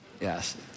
yes